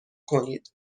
کنید